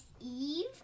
Eve